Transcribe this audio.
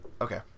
Okay